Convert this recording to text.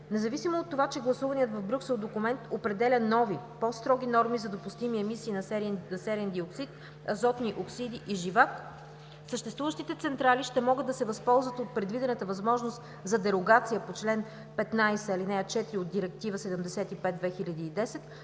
Независимо от това, че гласуваният в Брюксел документ определя нови, по-строги норми за допустими емисии за серен диоксид, азотни оксиди и живак, съществуващите централи ще могат да се възползват от предвидената възможност за дерогация по чл. 15, ал. 4 от Директива 75/2010,